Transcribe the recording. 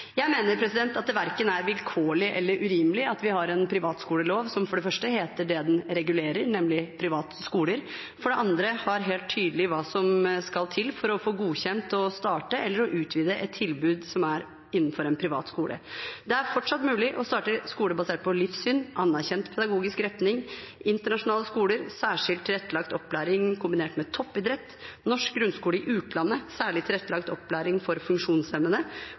Jeg mener det verken er vilkårlig eller urimelig at vi har en privatskolelov som for det første har fått navn etter det den regulerer, nemlig private skoler, og som for det andre sier helt tydelig hva som skal til for å få godkjenning til å starte eller utvide et tilbud som er innenfor en privat skole. Det er fortsatt mulig å starte skoler basert på livssyn og anerkjent pedagogisk retning, internasjonale skoler, skoler med særskilt tilrettelagt opplæring kombinert med toppidrett, norsk grunnskole i utlandet, skoler med særlig tilrettelagt opplæring for